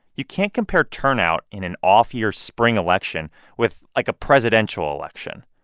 you can't compare turnout in an off-year spring election with, like, a presidential election.